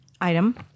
item